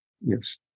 yes